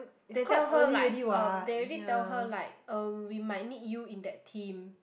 they tell her like um they already tell her like (un( we might need you in that team